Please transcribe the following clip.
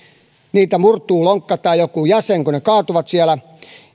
heiltä murtuu lonkka tai jokin jäsen kun he kaatuvat siellä